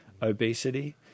obesity